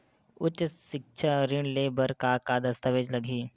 उच्च सिक्छा ऋण ले बर का का दस्तावेज लगही?